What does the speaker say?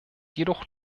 jedoch